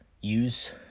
use